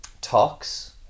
talks